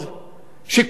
שכל פעם היא עולה,